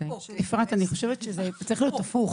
אפרת, אני חושבת שזה צריך להיות הפוך.